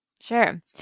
Sure